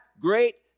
great